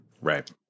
Right